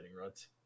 rods